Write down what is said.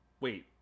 wait